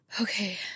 Okay